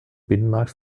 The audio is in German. binnenmarkt